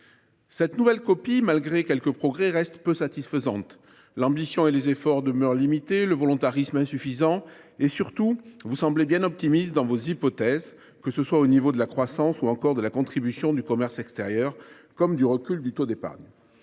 Cette nouvelle copie, malgré quelques progrès, reste peu satisfaisante. L’ambition et les efforts demeurent limités, le volontarisme est insuffisant et, surtout, monsieur le ministre, vous semblez bien optimiste dans vos hypothèses, qu’il s’agisse de la croissance, de la contribution du commerce extérieur ou encore du recul du taux d’épargne.